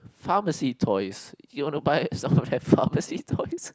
pharmacy toys you want to buy some of their pharmacy toys